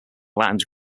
land